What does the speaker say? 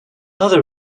other